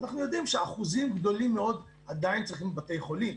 אנחנו יודעים שאחוזים גדולים מאוד עדיין צריכים בתי חולים.